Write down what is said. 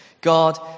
God